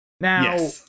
Now